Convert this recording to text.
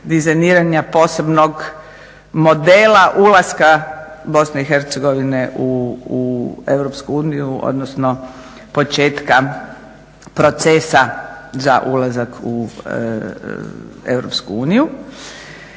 dizajniranja posebnog modela ulaska BiH u Europsku uniju, odnosno početka procesa za ulazak u